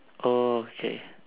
oh okay